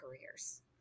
careers